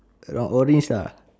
around orange lah